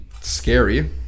scary